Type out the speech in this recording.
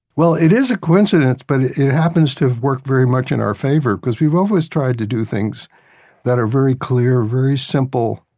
well, it is a coincidence, but it happens to have worked very much in our favor because we've always tried to do things that are very clear, very simple,